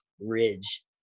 ridge